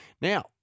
Now